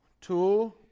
two